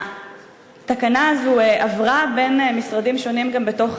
התקנה הזאת עברה בין משרדים שונים בתוך